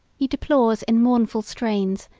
he deplores, in mournful strains,